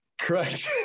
Correct